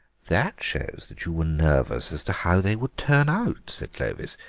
that shows that you were nervous as to how they would turn out, said clovis.